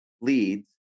leads